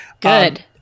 Good